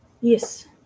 Yes